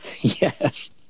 Yes